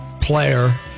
player